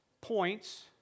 points